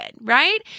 right